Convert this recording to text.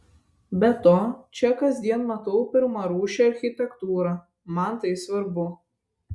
be to čia kasdien matau pirmarūšę architektūrą man tai svarbu